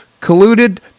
colluded